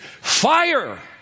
fire